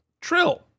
Trill